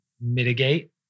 mitigate